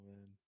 man